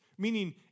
Meaning